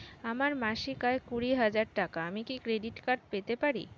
আমার মাসিক আয় কুড়ি হাজার টাকা আমি কি ক্রেডিট কার্ড পেতে পারি?